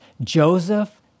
Joseph